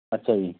अच्छा जी